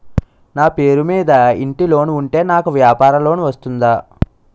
నా పేరు మీద ఇంటి లోన్ ఉంటే నాకు వ్యాపార లోన్ వస్తుందా?